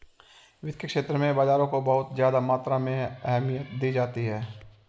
वित्त के क्षेत्र में बाजारों को बहुत ज्यादा मात्रा में अहमियत दी जाती रही है